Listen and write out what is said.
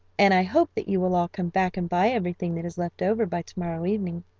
and i hope that you will all come back and buy everything that is left over by to-morrow evening.